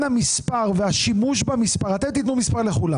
המספר והשימוש במספר אתם תתנו מספר לכולם